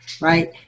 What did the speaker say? right